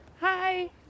Hi